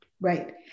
Right